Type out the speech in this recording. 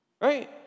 right